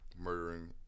murdering